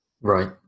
Right